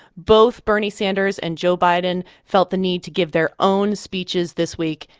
both bernie sanders and joe biden felt the need to give their own speeches this week.